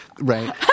right